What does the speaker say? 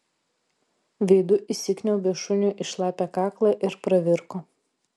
veidu įsikniaubė šuniui į šlapią kaklą ir pravirko